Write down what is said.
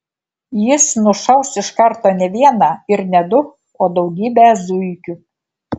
jis nušaus iš karto ne vieną ir ne du o daugybę zuikių